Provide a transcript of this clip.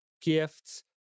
gifts